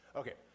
okay